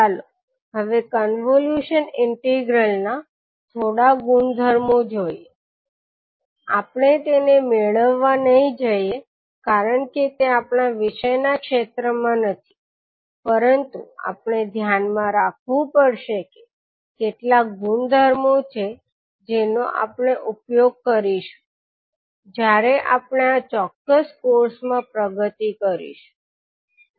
ચાલો હવે convolution integral ના થોડા ગુણધર્મો જોઈએ આપણે તેને મેળવવા નહિ જઈએ કારણ કે તે આપણા આ વિષય ના ક્ષેત્રમાં નથી પરંતુ આપણે ધ્યાનમાં રાખવું પડશે કે કેટલાક ગુણધર્મો છે જેનો આપણે ઉપયોગ કરીશું જ્યારે આપણે આ ચોક્કસ કોર્સમાં પ્રગતિ કરીશું